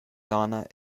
sauna